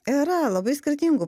yra labai skirtingų